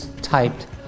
typed